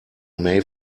may